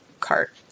cart